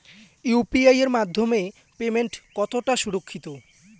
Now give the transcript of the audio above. UPI এর মাধ্যমে payment কতটা সুরক্ষিত?